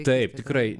taip tikrai